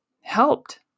helped